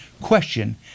Question